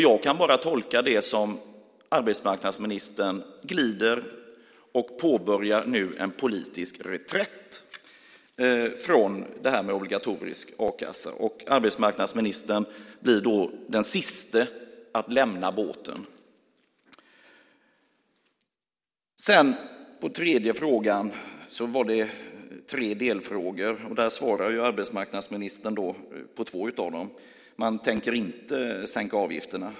Jag kan bara tolka det som att arbetsmarknadsministern glider och nu påbörjar en politisk reträtt från det här med obligatorisk a-kassa. Arbetsmarknadsministern blir då den siste att lämna båten. Den tredje frågan hade tre delfrågor. Arbetsmarknadsministern svarar på två av dem. Man tänker inte sänka avgifterna.